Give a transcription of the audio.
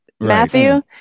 matthew